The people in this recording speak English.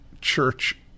Church